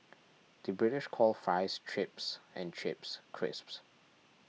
the British calls Fries Chips and Chips Crisps